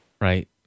Right